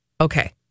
Okay